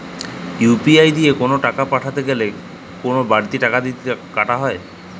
UPI দিয়ে কোন টাকা পাঠাতে গেলে কোন বারতি টাকা কি কাটা হয়?